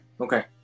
Okay